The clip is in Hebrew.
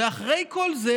ואחרי כל זה